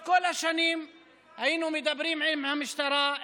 כל השנים היינו מדברים עם המשטרה,